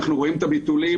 אנחנו רואים את הביטולים,